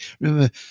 Remember